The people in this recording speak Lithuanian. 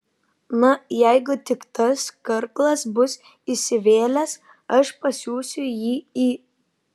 na jeigu tik tas karklas bus įsivėlęs aš pasiųsiu jį į